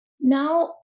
Now